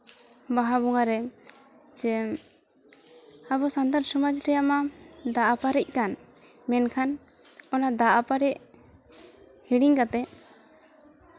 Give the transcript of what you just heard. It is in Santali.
ᱵᱟᱦᱟ ᱵᱚᱸᱜᱟ ᱨᱮ ᱥᱮ ᱟᱵᱚ ᱥᱟᱱᱛᱟᱲ ᱥᱚᱢᱟᱡᱽ ᱨᱮᱭᱟᱜ ᱢᱟ ᱫᱟᱜ ᱦᱚᱸᱠᱚ ᱟᱯᱟᱨᱮᱡ ᱠᱟᱱ ᱢᱮᱱᱠᱷᱟᱱ ᱚᱱᱟ ᱫᱟᱜ ᱟᱯᱟᱨᱮᱡ ᱦᱤᱲᱤᱧ ᱠᱟᱛᱮ